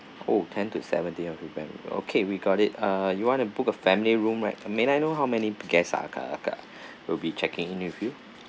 oh tend to seventeen of novem~ okay we got it uh you want to book a family room right may I know how many guests uh agak agak will be checking in with you